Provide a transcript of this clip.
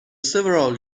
several